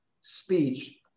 speech